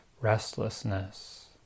restlessness